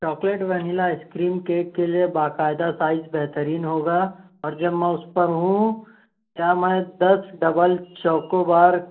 chocolate vanilla ice cream cake کے لئے باقاعدہ سائز بہترین ہوگا اور جب میں اس پر ہوں کیا میں دس ڈبل چوکو بار